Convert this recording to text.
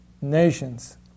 nations